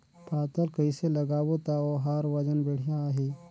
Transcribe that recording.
पातल कइसे लगाबो ता ओहार वजन बेडिया आही?